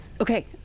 Okay